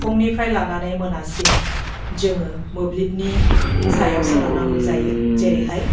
फुंनिफ्राय लानानै मोनासिम जोेङो मोब्लिबनि सायाव सोनारनांगौ जायो जेरैहाय